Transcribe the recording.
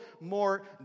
more